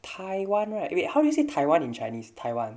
taiwan right wait how do you say taiwan in chinese taiwan